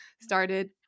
started